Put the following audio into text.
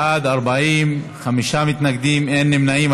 בעד, 40, חמישה מתנגדים, אין נמנעים.